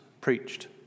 preached